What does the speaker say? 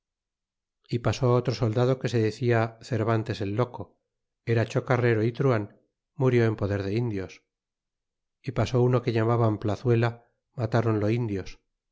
e pasó otro soldado que se decia cervantes el loco era chocarrero é truhan murió en poder de indios e pasó uno que llamaban plazuela matronlo indios